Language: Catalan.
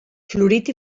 florit